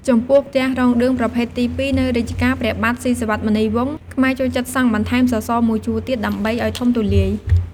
ចំពោះផ្ទះរោងឌឿងប្រភេទទី២ នៅរជ្ជកាលព្រះបាទស៊ីសុវត្ថិមុនីវង្ស ខ្មែរចូលចិត្តសង់បន្ថែមសសរ១ជួរទៀតដើម្បីឲ្យធំទូលាយ ។